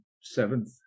seventh